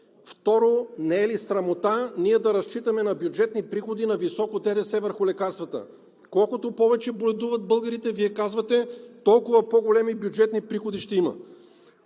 Второ, не е ли срамота ние да разчитаме на бюджетни приходи на високо ДДС върху лекарствата? Колкото повече боледуват българите, Вие казвате, толкова по-големи бюджетни приходи ще има.